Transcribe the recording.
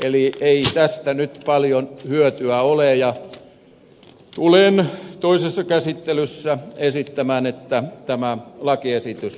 eli ei tästä nyt paljon hyötyä ole ja tulen toisessa käsittelyssä esittämään että tämä lakiesitys hylättäisiin